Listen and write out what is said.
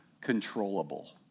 controllable